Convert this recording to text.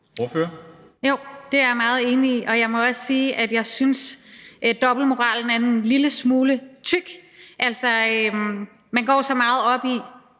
Lund (EL): Jo, det er jeg meget enig i. Og jeg må også sige, at jeg synes, dobbeltmoralen er en lille smule tyk. Man går så meget op i,